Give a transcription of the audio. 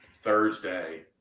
Thursday –